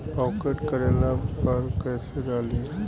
Pocket करेला पर कैसे डाली?